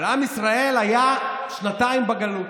אבל עם ישראל היה שנתיים בגלות,